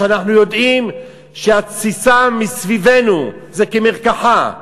שאנחנו יודעים שהתסיסה מסביבנו היא כמרקחה,